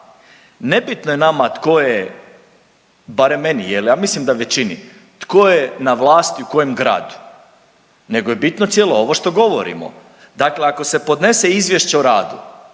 ne bitno je nama tko je, barem meni jer ja mislim da većini, tko je na vlasti u kojem gradu, nego je bitno cijelo ovo što govorimo. Dakle, ako se podnese izvješće o radu,